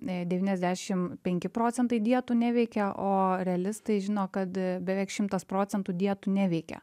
devyniasdešim penki procentai dietų neveikia o realistai žino kad beveik šimtas procentų dietų neveikia